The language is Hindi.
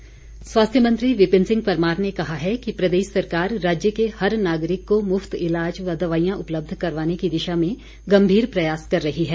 परमार स्वास्थ्य मंत्री विपिन सिंह परमार ने कहा है कि प्रदेश सरकार राज्य के हर नागरिक को मुफ्त इलाज व दवाईयां उपलब्ध करवाने की दिशा में गंभीर प्रयास कर रही है